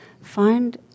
find